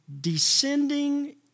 descending